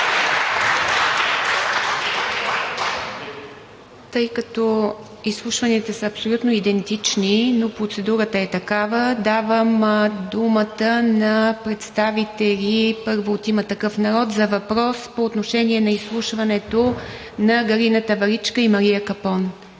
Тъй като изслушванията са абсолютно идентични, но процедурата е такава – давам думата на представители първо от „Има такъв народ“ за въпрос по отношение на изслушването на Галина Таваличка и Мария Капон.